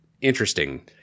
interesting